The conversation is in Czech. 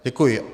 Děkuji.